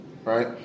Right